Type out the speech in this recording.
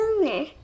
owner